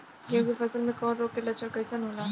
गेहूं के फसल में कवक रोग के लक्षण कइसन होला?